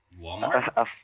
Walmart